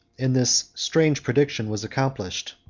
and this strange prediction was accomplished.